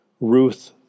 Ruth